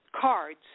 cards